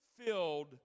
filled